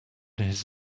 his